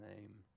name